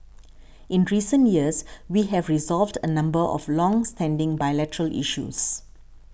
in recent years we have resolved a number of longstanding bilateral issues